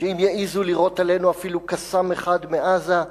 שאם יעזו לירות עלינו אפילו "קסאם" אחד מעזה,